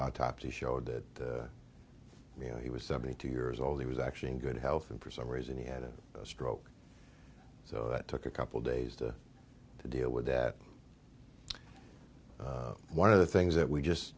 autopsy showed that you know he was seventy two years old he was actually in good health and for some reason he had a stroke so it took a couple days to deal with that one of the things that we just